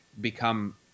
become